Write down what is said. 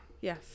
Yes